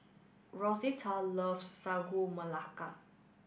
Rosita loves Sagu Melaka